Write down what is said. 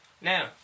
Now